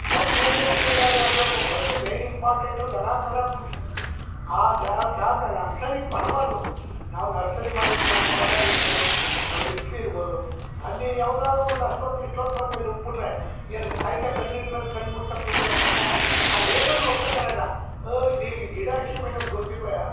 ಒಬ್ಬನಲ್ಲ ಇಬ್ರಿಗಾದ್ರು ಹೇಳ್ಬೇಕು ಮೊದಲು ಮೇಯ್ನ್ ಇಂಪಾರ್ಟೆಂಟು ದನ ಕರು ಕುರಿ ಆ ನರ್ಸರಿಗೆ ಬರ್ಬಾರದು ನಾವು ನರ್ಸರಿ ಮಾಡಿವಿ ನಮ್ಮ ತೋಟ ಆಗಿರ್ಬೋದು ನಮ್ಮ ಹಿತ್ಲು ಇರ್ಬೋದು ಅಲ್ಲಿ ಯಾವುದಾದ್ರು ಒಂದು ಅಷ್ಟೊತ್ತು ಇಷ್ಟೊತ್ತು ಬಂದು ನುಗ್ಗಿಬಿಟ್ರೆ ಏನು ಕಾಯ್ಕೋ ಕಣ್ಣಿನ ಮೇಲೆ ಕಣ್ಣು ಬಿಟ್ಕೊ ಕೂತಿರೋಕ್ ಆ ಲೇಬರ್ ನೋಡ್ಕೊತಾನ್ ಆಗ ಏ ಇಲ್ಲಿ ಗಿಡ ಹಾಕಿನ್ ಎಂಬುದು ಗೊತ್ತಿಲ್ವಯ್ಯಾ